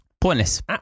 Pointless